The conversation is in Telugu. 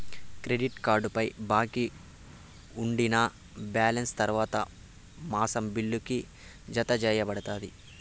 క్రెడిట్ కార్డుపై బాకీ ఉండినా బాలెన్స్ తర్వాత మాసం బిల్లుకి, జతచేయబడతాది